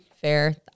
fair